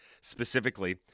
specifically